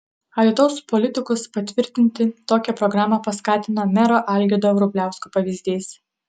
alytaus politikus patvirtinti tokią programą paskatino mero algirdo vrubliausko pavyzdys